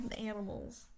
animals